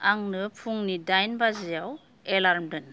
आंनो फुंनि दाइन बाजियाव एलार्म दोन